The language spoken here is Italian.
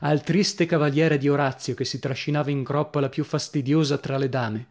al triste cavaliere di orazio che si trascinava in groppa la più fastidiosa tra le dame